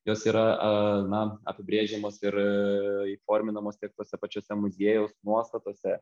jos yra a na apibrėžiamos ir įforminamos tiek tuose pačiuose muziejaus nuostatuose